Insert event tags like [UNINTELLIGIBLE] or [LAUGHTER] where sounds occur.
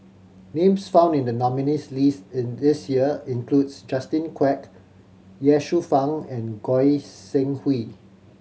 names found in the nominees' list [UNINTELLIGIBLE] this year includes Justin Quek Ye Shufang and Goi Seng Hui